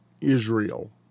israel